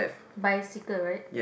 bicycle right